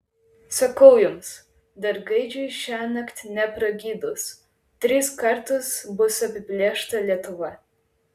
sakau jums dar gaidžiui šiąnakt nepragydus tris kartus bus apiplėšta lietuva